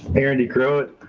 aaron degroot.